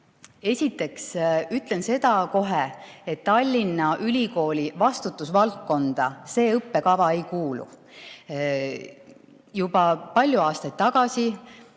Esiteks ütlen kohe, et Tallinna Ülikooli vastutusvaldkonda see õppekava ei kuulu. Juba palju aastaid tagasi